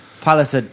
Palace